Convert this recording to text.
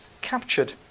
captured